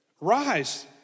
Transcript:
rise